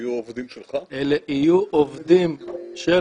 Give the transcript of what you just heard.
הם יהיו עובדים שלכם?